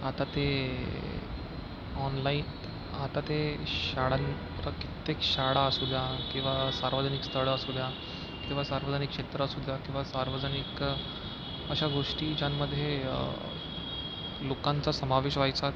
आता ते ऑनलाईन आता ते शाळा आता कित्येक शाळा असू द्या किंवा सार्वजनिक स्थळं असू द्या किंवा सार्वजनिक क्षेत्र असू द्या किंवा सार्वजनिक अशा गोष्टी ज्यांमध्ये लोकांचा समावेश व्हायचा